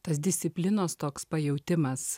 tas disciplinos toks pajautimas